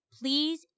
please